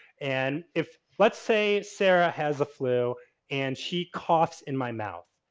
and if, let's say, sarah has a flu and she coughs in my mouth.